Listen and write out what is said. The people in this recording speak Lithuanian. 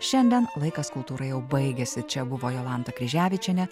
šiandien laikas kultūrai jau baigėsi čia buvo jolanta kryževičienė